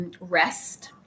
rest